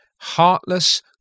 heartless